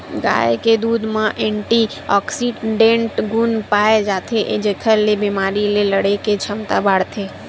गाय के दूद म एंटीऑक्सीडेंट गुन पाए जाथे जेखर ले बेमारी ले लड़े के छमता बाड़थे